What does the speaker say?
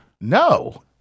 No